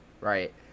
right